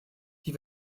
die